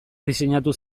diseinatu